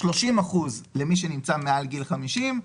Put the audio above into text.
על 30% למי שנמצא מעל גיל 50,